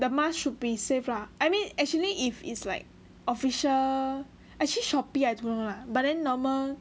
the masks should be safe lah I mean actually if it's like official actually Shopee I don't know lah but then normal